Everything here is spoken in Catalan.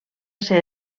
ser